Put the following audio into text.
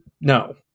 no